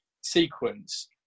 sequence